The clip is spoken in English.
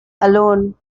alone